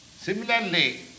Similarly